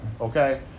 okay